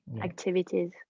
activities